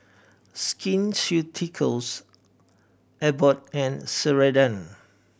Skin Ceuticals Abbott and Ceradan